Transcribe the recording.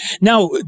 now